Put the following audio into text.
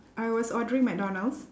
I was ordering McDonald's